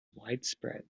widespread